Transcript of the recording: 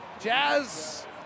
Jazz